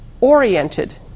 oriented